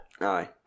Aye